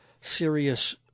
serious